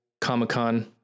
Comic-Con